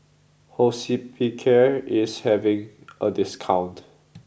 Hospicare is having a discount